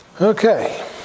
Okay